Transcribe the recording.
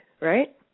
right